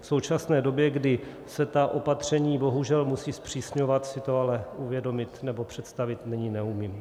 V současné době, kdy se ta opatření bohužel musí zpřísňovat, si to ale uvědomit nebo představit nyní neumím.